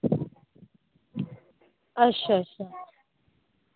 अच्छा अच्छा